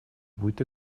будет